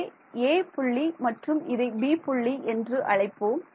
இங்கே 'a புள்ளி என்றும் இதை 'b' புள்ளி என்றும் அழைப்போம்